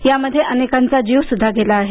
यामध्ये अनेकांचा जीवसुद्धा गेला आहे